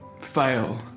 fail